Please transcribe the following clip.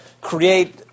create